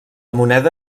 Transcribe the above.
moneda